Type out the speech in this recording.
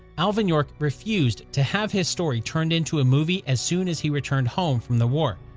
alvin york refused to have his story turned into a movie as soon as he returned home from the war.